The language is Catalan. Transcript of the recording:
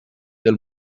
del